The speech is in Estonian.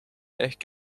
ehk